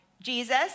Jesus